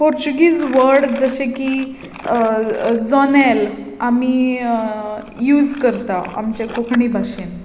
पोर्तुगीज वड जशे की जनेल आमी यूज करता आमच्या कोंकणी भाशेन